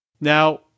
Now